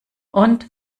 und